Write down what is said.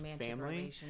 family